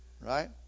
Right